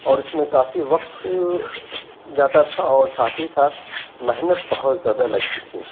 اور اِس میں كافی وقت جاتا تھا اور ساتھ ہی ساتھ محنت بہت زیادہ لگتی تھی